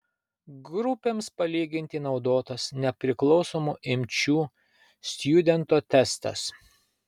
grupėms palyginti naudotas nepriklausomų imčių stjudento testas